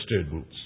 students